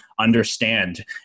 understand